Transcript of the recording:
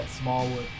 Smallwood